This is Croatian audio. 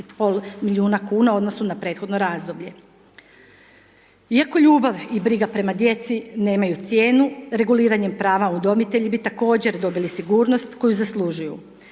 15,5 milijuna kuna u odnosu na prethodno razdoblje. Iako ljubav i briga prema djeci nemaju cijene, reguliranjem prava, udomitelji bi također dobili sigurnost koju zaslužuju.